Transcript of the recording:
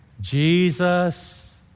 Jesus